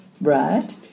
Right